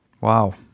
Wow